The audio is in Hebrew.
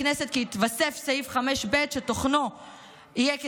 הכנסת יתווסף סעיף 5ב, שתוכנו יהיה כדלקמן: